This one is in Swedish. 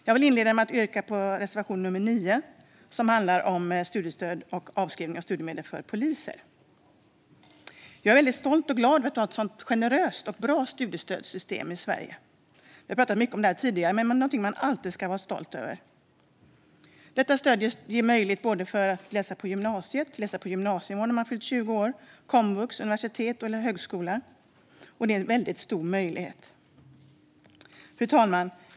Jag vill inleda med att yrka bifall till reservation nummer 9 som handlar om studiestöd och om avskrivning av studieskulder för poliser. Jag är väldigt stolt och glad över att vi har ett sådant generöst och bra studiestödssystem i Sverige. Vi har pratat om det här tidigare, men det är någonting som man alltid ska vara stolt över. Detta stöd ger möjlighet att läsa på gymnasienivå när man fyllt 20 år, komvux, universitetet eller högskola. Det är en väldigt stor möjlighet. Fru talman!